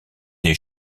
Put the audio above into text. des